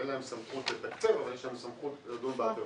אין להם סמכות לתקצב אבל יש להם סמכות לדון באלטרנטיבות.